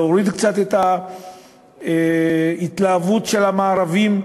להוריד קצת את ההתלהבות של המערביים השונים,